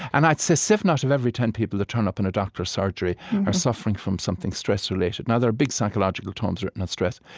and i'd say seven out of every ten people who turn up in a doctor's surgery are suffering from something stress-related. now there are big psychological tomes written on stress,